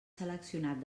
seleccionat